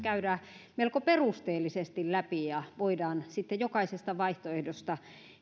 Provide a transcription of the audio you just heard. käydään melko perusteellisesti läpi ja voidaan sitten jokaisesta vaihtoehdosta